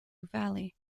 valley